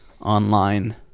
online